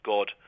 God